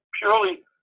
purely